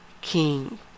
king